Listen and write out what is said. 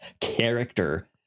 character